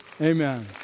Amen